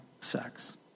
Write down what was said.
sex